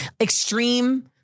extreme